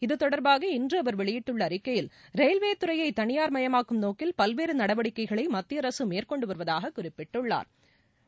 இது தொடர்பாக இன்று அவர் வெளியிட்டுள்ள அறிக்கையில் ரயில்வேத் துறையை தனியார்மயமாக்கும் நோக்கில் பல்வேறு நடவடிக்கைகளை மத்திய அரசு மேற்கொண்டு வருவதாகக் குறிப்பிட்டுள்ளா்